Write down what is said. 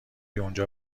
اونجا